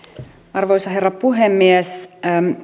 arvoisa herra puhemies